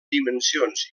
dimensions